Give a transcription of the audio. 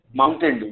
mountain